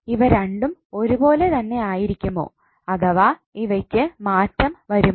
ഇവ രണ്ടും ഒരുപോലെ തന്നെ ആയിരിക്കുമോ അഥവാ ഇവയ്ക്ക് മാറ്റം വരുമോ